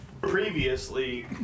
Previously